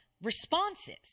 responses